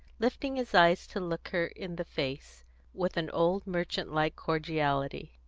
lifting his eyes to look her in the face with an old-merchant-like cordiality.